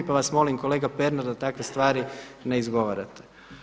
Pa vas molim kolega Pernar da takve stvari ne izgovarate.